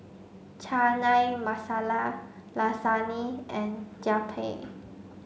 Chana Masala Lasagne and Japchae